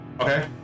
Okay